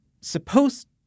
supposed